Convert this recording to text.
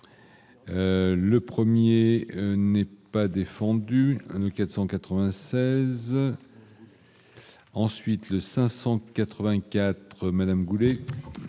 Le 1er n'est pas défendu 496. Ensuite le 584 Madame Goulet.